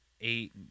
eight